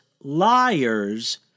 liars